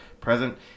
present